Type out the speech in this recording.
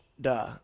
Duh